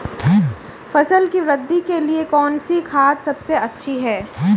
फसल की वृद्धि के लिए कौनसी खाद सबसे अच्छी है?